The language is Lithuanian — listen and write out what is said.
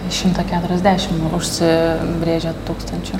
šimtą keturiasdešim užsi brėžė tūkstančių